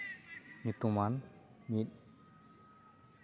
ᱧᱩᱛᱩᱢᱟᱱ ᱢᱤᱫ